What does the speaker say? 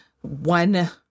one